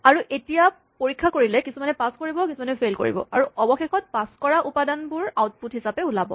আৰু তেতিয়া পৰীক্ষা কৰিলে কিছুমানে পাছ কৰিব কিছুমানে ফেইল কৰিব আৰু অৱশেষত পাছ কৰা উপাদানবোৰ আউটপুট হিচাপে ওলাব